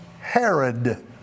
Herod